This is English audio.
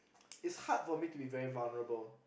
it's hard for me to be very vulnerable